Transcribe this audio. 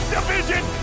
Division